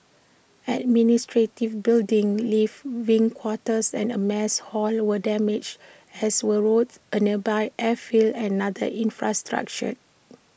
administrative buildings live quarters and A mess hall were damaged as were roads A nearby airfield and other infrastructure